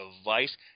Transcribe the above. device